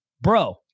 bro